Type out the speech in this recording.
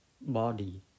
body